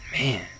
Man